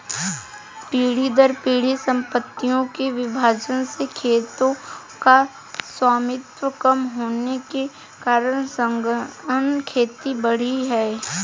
पीढ़ी दर पीढ़ी सम्पत्तियों के विभाजन से खेतों का स्वामित्व कम होने के कारण सघन खेती बढ़ी है